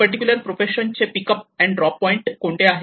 particular profession चे pick up and drop point कोणते आहेत